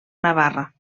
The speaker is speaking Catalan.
navarra